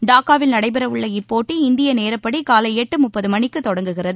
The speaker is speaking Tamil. டாக்காவில் நடைபெறவுள்ள இப்போட்டி இந்திய நேரப்படி காலை எட்டு முப்பது மணிக்கு தொடங்குகிறது